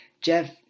Jeff